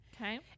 Okay